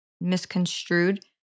misconstrued